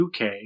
UK